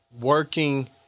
working